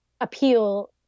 appeal